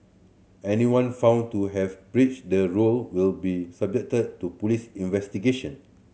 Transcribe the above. anyone found to have breached the rule will be subjected to police investigation